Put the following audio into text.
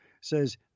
says